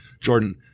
Jordan